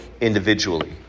individually